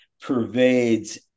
pervades